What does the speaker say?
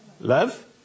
love